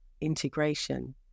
integration